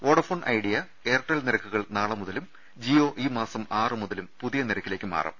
Vodafone Idea Airtel നിരക്കുകൾ നാളെ മുതലും ജിയോ ഈ മാസം ആറുമുതലും പുതിയ നിരക്കിലേക്ക് മാറും